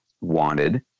wanted